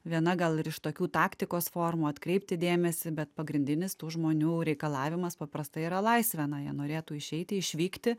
viena gal ir iš tokių taktikos formų atkreipti dėmesį bet pagrindinis tų žmonių reikalavimas paprastai yra laisvė na jie norėtų išeiti išvykti